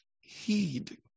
heed